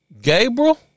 Gabriel